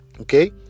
Okay